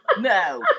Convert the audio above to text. no